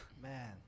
man